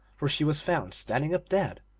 for she was found standing up, dead,